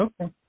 okay